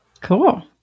Cool